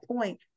point